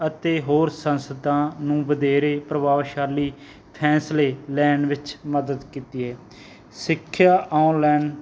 ਅਤੇ ਹੋਰ ਸੰਸਥਾ ਨੂੰ ਵਧੇਰੇ ਪ੍ਰਭਾਵਸ਼ਾਲੀ ਫੈਸਲੇ ਲੈਣ ਵਿੱਚ ਮਦਦ ਕੀਤੀ ਹੈ ਸਿੱਖਿਆ ਓਨਲਾਈਨ